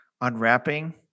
Unwrapping